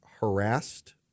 harassed